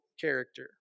character